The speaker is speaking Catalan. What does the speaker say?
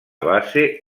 base